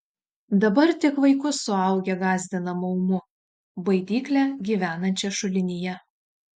dabar tik vaikus suaugę gąsdina maumu baidykle gyvenančia šulinyje